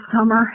summer